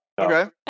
Okay